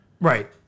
right